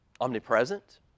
omnipresent